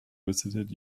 visited